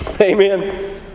Amen